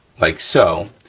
like so.